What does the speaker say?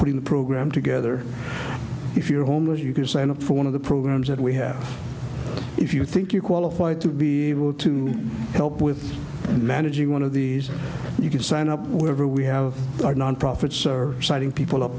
putting the program together if you're homeless you can sign up for one of the programs that we have if you think you're qualified to be able to help with managing one of these and you can sign up wherever we have our nonprofits are citing people up